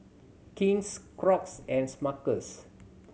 King's Crocs and Smuckers